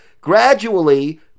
gradually